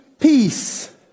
Peace